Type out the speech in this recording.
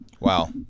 Wow